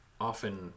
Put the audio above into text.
often